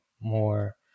more